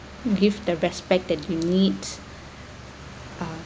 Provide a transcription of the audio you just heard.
give the respect that we need uh